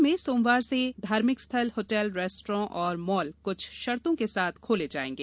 राज्य में सोमवार से धार्मिक स्थल होटल रेस्टोरेंट और मॉल कुछ शर्तो के साथ खोले जायेंगे